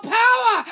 power